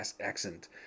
accent